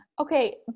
Okay